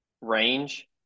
range